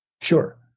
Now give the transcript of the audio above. Sure